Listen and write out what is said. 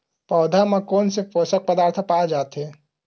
पौधा मा कोन से पोषक पदार्थ पाए जाथे?